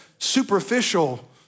Superficial